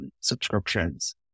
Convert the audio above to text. subscriptions